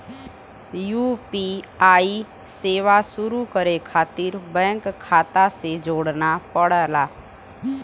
UPI सेवा शुरू करे खातिर बैंक खाता से जोड़ना पड़ला